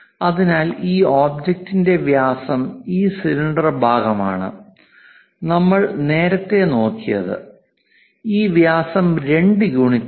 അതിനാൽ ഈ ഒബ്ജക്റ്റിന്റെ വ്യാസം ഈ സിലിണ്ടർ ഭാഗമാണ് നമ്മൾ നേരത്തെ നോക്കിയത് ഈ വ്യാസം 2 യൂണിറ്റാണ്